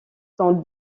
tente